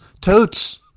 Totes